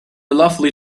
lovely